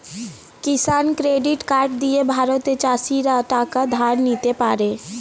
কিষান credit card দিয়ে ভারতের চাষীরা টাকা ধার নিতে পারে